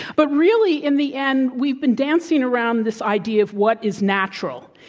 but really, in the end, we've been dancing around this idea of, what is natural?